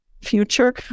future